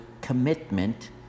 commitment